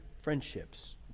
friendships